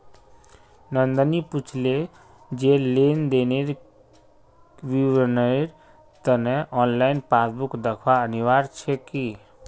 नंदनी पूछले जे लेन देनेर विवरनेर त न ऑनलाइन पासबुक दखना अनिवार्य छेक की